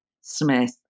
smith